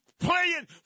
Playing